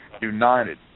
united